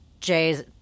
Jay's